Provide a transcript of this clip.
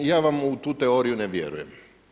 Ja vam u tu teoriju ne vjerujem.